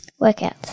workouts